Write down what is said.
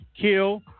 kill